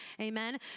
amen